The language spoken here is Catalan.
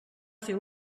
fer